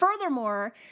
Furthermore